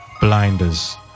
Blinders